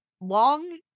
long